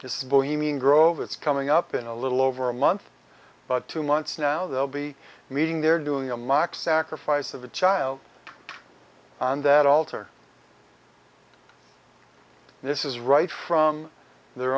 just bohemian grove it's coming up in a little over a month but two months now they'll be meeting they're doing a mock sacrifice of a child on that altar this is right from their